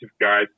guys